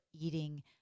eating